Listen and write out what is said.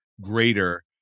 greater